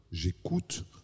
j'écoute